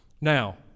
Now